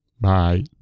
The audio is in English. Bye